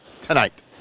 tonight